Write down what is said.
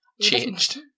changed